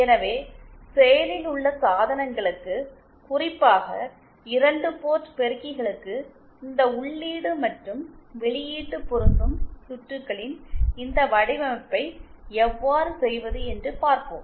எனவே செயலில் உள்ள சாதனங்களுக்கு குறிப்பாக 2 போர்ட் பெருக்கிகளுக்கு இந்த உள்ளீடு மற்றும் வெளியீட்டு பொருந்தும் சுற்றுகளின் இந்த வடிவமைப்பை எவ்வாறு செய்வது என்று பார்ப்போம்